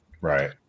Right